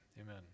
amen